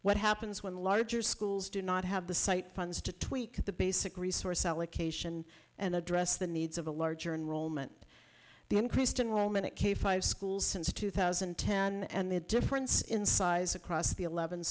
what happens when larger schools do not have the site funds to tweak the basic resource allocation and address the needs of a larger and roll meant the increased in will mimic a five schools since two thousand and ten and the difference in size across the eleven